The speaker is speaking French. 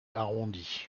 arrondie